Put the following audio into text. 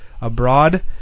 abroad